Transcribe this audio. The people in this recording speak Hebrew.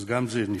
אז גם זה נפתר.